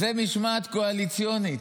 זו משמעת קואליציונית.